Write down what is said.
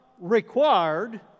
required